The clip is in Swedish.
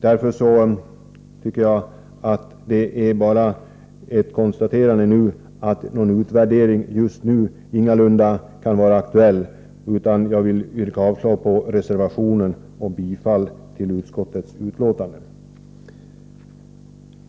Därför tycker jag att det bara är att konstatera att någon utvärdering just nu ingalunda kan vara aktuell. Jag vill yrka avslag på reservationen och bifall till utskottets hemställan.